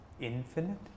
Infinite